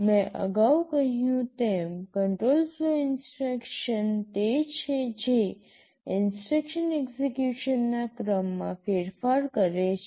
મેં અગાઉ કહ્યું તેમ કંટ્રોલ ફ્લો ઇન્સટ્રક્શન તે છે જે ઇન્સટ્રક્શન એક્સેકયુશનના ક્રમમાં ફેરફાર કરે છે